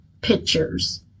pictures